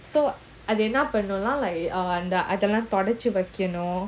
so அதுஎன்னபண்ணனும்னா:adhu enna pannanumna like அதெல்லாம்தொடச்சிவைக்கணும்:adhellam thodachi vaikanum